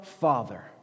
Father